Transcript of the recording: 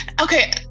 Okay